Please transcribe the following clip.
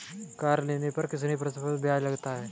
Car loan पर कितने प्रतिशत ब्याज लगेगा?